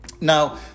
Now